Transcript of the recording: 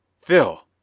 phil.